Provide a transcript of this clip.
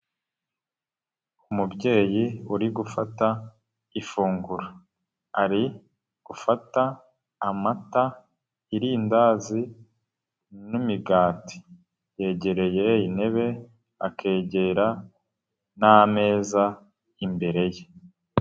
Umubyeyi uri gufata ifunguro, ari gufata, amata, irindazi n'imigati, yegereye intebe, akegera n'ameza imbere ye.